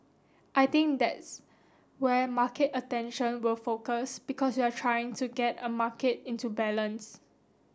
I think that's where market attention will focus because you're trying to get a market into balance